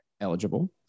eligible